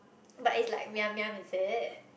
but it's like Miam-Miam is it